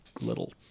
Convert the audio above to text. little